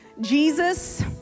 Jesus